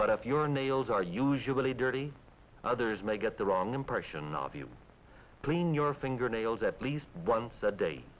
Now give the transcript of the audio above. but if your nails are usually dirty others may get the wrong impression of you clean your fingernails at least once a day